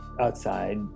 outside